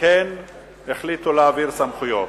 החליטו להעביר סמכויות.